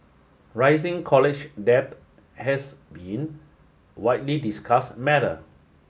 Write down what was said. rising college debt has been widely discussed matter